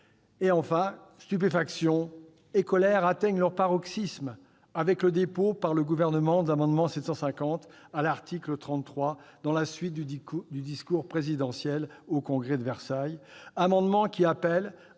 Enfin, stupéfaction et colère atteignent leur paroxysme avec le dépôt, par le Gouvernement, de l'amendement n° 750 à l'article 33, dans la suite du discours présidentiel devant le Congrès à Versailles, amendement qui appelle, avant que ne